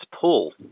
pull